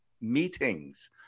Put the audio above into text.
meetings